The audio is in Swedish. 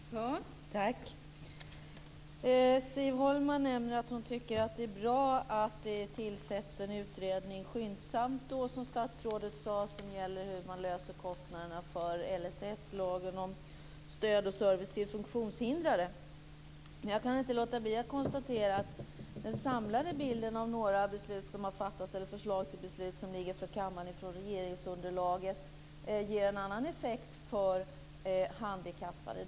Fru talman! Siv Holma nämner att hon tycker att det är bra att det tillsätts en utredning skyndsamt. Den gäller, som statsrådet sade, hur man löser problemen med kostnaderna för LSS-lagen, stöd och service till funktionshindrade. Men jag kan inte låta bli att konstatera att den samlade bilden av några beslut som har fattats eller förslag till beslut som föreligger kammaren från regeringsunderlaget ger en annan effekt för handikappade.